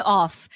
off